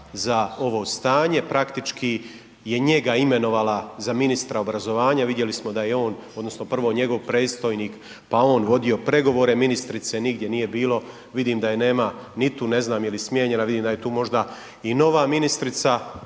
za ovo stanje, praktički je njega imenovala za ministra obrazovanja. Vidjeli smo da je on, odnosno prvo njegov predstojnik pa on vodio pregovore, ministrice nigdje nije bilo, vidim da je nema ni tu, ne znam je li smijenjena, vidim da je tu možda i nova ministrica,